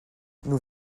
nous